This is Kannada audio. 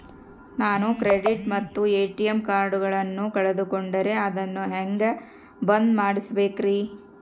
ನಾನು ಕ್ರೆಡಿಟ್ ಮತ್ತ ಎ.ಟಿ.ಎಂ ಕಾರ್ಡಗಳನ್ನು ಕಳಕೊಂಡರೆ ಅದನ್ನು ಹೆಂಗೆ ಬಂದ್ ಮಾಡಿಸಬೇಕ್ರಿ?